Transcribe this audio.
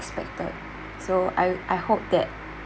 unexpected so I I hope that